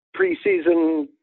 preseason